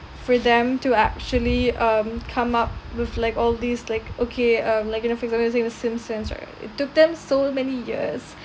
for them to actually um come up with like all these like okay um like in for example we're using the Simpsons right it took them so many years